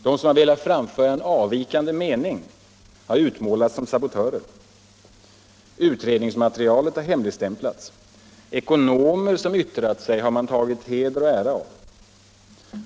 De som velat framföra en avvikande mening har utmålats som sabotörer. Utredningsmaterialet har hemligstämplats. Ekonomer som yttrat sig har man tagit heder och ära av.